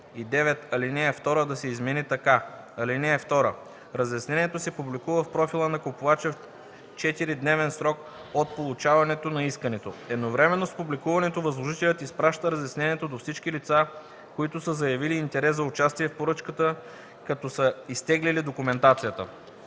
така: „(2) Разяснението се публикува в профила на купувача в 4 дневен срок от получаването на искането. Едновременно с публикуването, възложителят изпраща разяснението до всички лица, които са заявили интерес за участие в поръчката, като са изтеглили документацията.